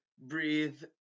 breathe